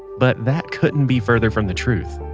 but that couldn't be further from the truth.